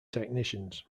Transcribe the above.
technicians